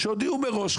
והודיעו מראש,